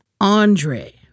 Andre